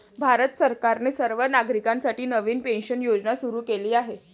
भारत सरकारने सर्व नागरिकांसाठी नवीन पेन्शन योजना सुरू केली आहे